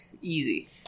easy